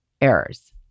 errors